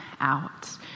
out